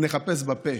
נחפש בפה.